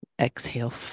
Exhale